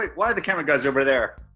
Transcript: like why are the camera guys over there?